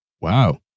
wow